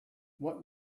what